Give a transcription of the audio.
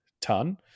ton